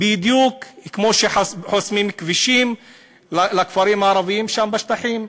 בדיוק כמו שחוסמים כבישים לכפרים הערביים שם בשטחים,